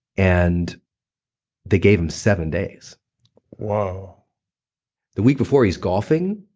and they gave him seven days whoa the week before he's golfing,